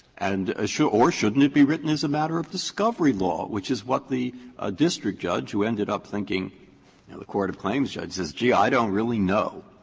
and ah so or shouldn't it be written as a matter of discovery law, which is what the district judge who ended up thinking yeah the court of claims judge says, gee, i don't really know.